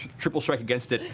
triple strike against it.